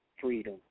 freedom